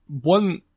one